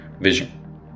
vision